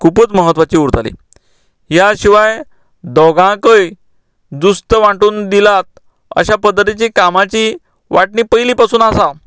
खुबूच म्हत्वाची उरताली ह्या शिवाय दोगांकय जुस्त वाटून दिलां अश्या पध्दतीची कामाची वांटणी पयली पासून आसा